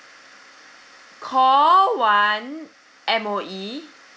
call one M_O_E